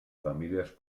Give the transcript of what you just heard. famílies